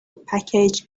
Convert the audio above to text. package